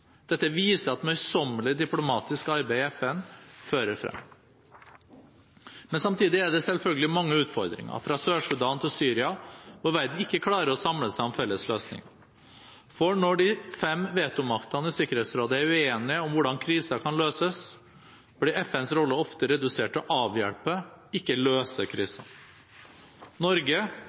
Dette viser at møysommelig diplomatisk arbeid i FN fører frem. Men samtidig er det selvfølgelig mange utfordringer – fra Sør-Sudan til Syria – hvor verden ikke klarer å samle seg om felles løsninger. For når de fem vetomaktene i Sikkerhetsrådet er uenige om hvordan kriser kan løses, blir FNs rolle ofte redusert til å avhjelpe – ikke løse – krisene. Norge